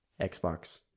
xbox